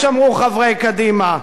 אמרו חברי קדימה,